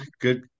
good